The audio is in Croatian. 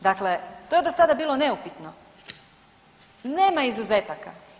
Dakle, to je do sada bilo neupitno, nema izuzetaka.